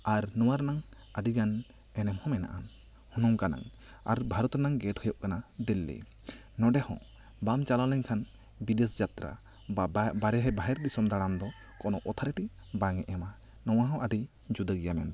ᱟᱨ ᱱᱚᱣᱟ ᱨᱮᱱᱟᱝ ᱦᱚᱸ ᱟᱹᱰᱤ ᱜᱟᱱ ᱮᱱᱮᱢ ᱦᱚᱸ ᱢᱮᱱᱟᱜᱼᱟ ᱱᱚᱝᱠᱟᱱᱟᱜ ᱟᱨ ᱵᱷᱟᱨᱚᱛ ᱨᱮᱱᱟᱝ ᱜᱮᱴ ᱦᱩᱭᱩᱜ ᱠᱟᱱᱟ ᱫᱤᱞᱞᱤ ᱱᱚᱸᱰᱮ ᱦᱚᱸ ᱵᱟᱢ ᱪᱟᱞᱟᱣ ᱞᱮᱱ ᱠᱷᱟᱱ ᱵᱤᱫᱮᱥ ᱡᱟᱛᱨᱟ ᱵᱟᱦᱮᱨ ᱫᱤᱥᱚᱢ ᱫᱟᱬᱟᱱ ᱫᱚ ᱠᱳᱱᱳ ᱚᱛᱷᱟᱨᱤᱴᱤ ᱫᱚ ᱵᱟᱭ ᱮᱢᱟ ᱱᱚᱣᱟ ᱦᱚᱸ ᱟᱹᱰᱤ ᱡᱩᱫᱟᱹ ᱜᱮᱭᱟ ᱢᱮᱱᱛᱮ